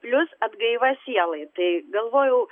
plius atgaiva sielai tai galvojau